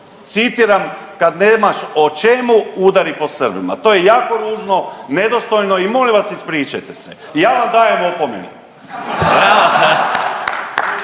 citiram: „Kada nemaš o čemu udari po Srbima.“ To je jako ružno, nedostojno i molim vas ispričajte se. Ja vam dajem opomenu.